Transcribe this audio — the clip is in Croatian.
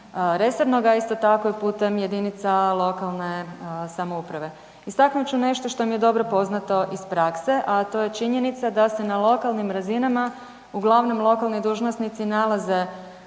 resornoga, isto tako i putem JLS. Istaknut ću nešto što mi je dobro poznato iz prakse, a to je činjenica da se na lokalnim razinama uglavnom lokalni dužnosnici nalaze